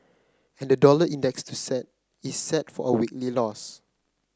and the dollar index set is set for a weekly loss